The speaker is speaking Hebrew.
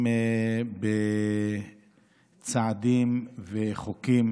תומכים בצעדים ובחוקים